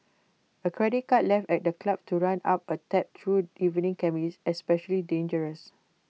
A credit card left at the club to run up A tab through evening can be especially dangerous